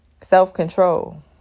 Self-control